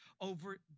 over